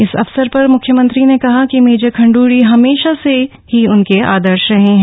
इस अवसर पर मुख्यमंत्री ने कहा कि मेजर खंडूड़ी हमेशा से ही उनके आदर्श रहे हैं